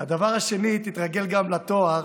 והדבר השני, תתרגל גם לתואר